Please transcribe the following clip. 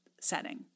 setting